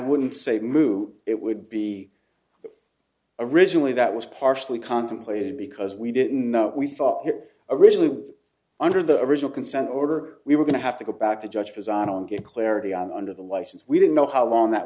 wouldn't say mu it would be originally that was partially contemplated because we didn't know we thought it originally was under the original consent order we were going to have to go back to judge because i don't get clarity on under the license we don't know how long that